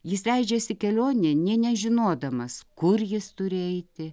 jis leidžiasi kelionėn nė nežinodamas kur jis turi eiti